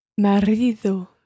Marido